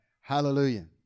Hallelujah